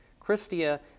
Christia